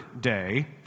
day